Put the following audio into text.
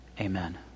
Amen